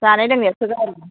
जानाय लोंनायाथ' जाहैगोन